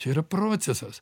čia yra procesas